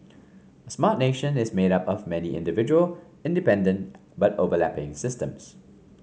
a Smart Nation is made up of many individual independent but overlapping systems